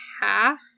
half